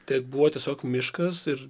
tai buvo tiesiog miškas ir